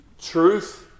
truth